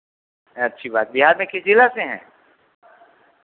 अच्छी बात है बिहार में किस जिला से हैं